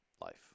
life